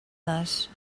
nas